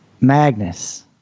Magnus